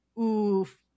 Oof